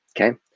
Okay